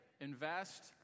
invest